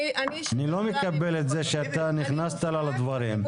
אני לא מקבל את זה שאתה נכנסת לה לדברים.